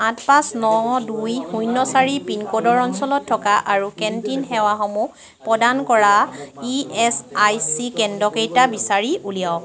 আঠ পাঁচ ন দুই শূন্য চাৰি পিনক'ডৰ অঞ্চলত থকা আৰু কেন্টিন সেৱাসমূহ প্ৰদান কৰা ই এছ আই চি কেন্দ্ৰকেইটা বিচাৰি উলিয়াওক